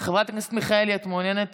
חברת הכנסת מיכאלי, את מעוניינת